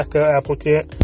applicant